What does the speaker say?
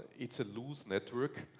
it is a loose network,